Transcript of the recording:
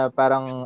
parang